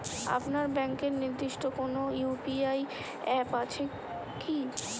আপনার ব্যাংকের নির্দিষ্ট কোনো ইউ.পি.আই অ্যাপ আছে আছে কি?